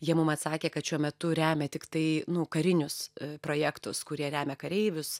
jie mum atsakė kad šiuo metu remia tiktai nu karinius projektus kurie remia kareivius